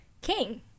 King